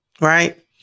Right